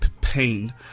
pain